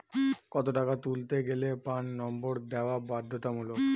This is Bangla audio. কত টাকা তুলতে গেলে প্যান নম্বর দেওয়া বাধ্যতামূলক?